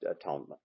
atonement